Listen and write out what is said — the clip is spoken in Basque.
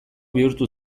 bihurtu